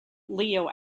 leo